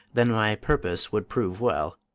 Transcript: then my purpose would prove well.